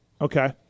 Okay